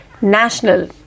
National